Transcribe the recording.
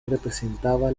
representaba